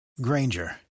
Granger